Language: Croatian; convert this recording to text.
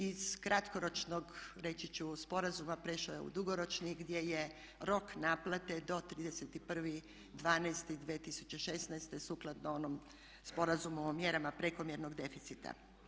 Iz kratkoročnog reći ću sporazuma prešao je u dugoročni gdje je rok naplate do 31.12.2016. sukladno onom sporazumu o mjerama prekomjernog deficita.